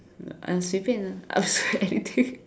uh 随便 ah anything